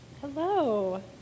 Hello